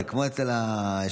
זה כמו אצל השופטים.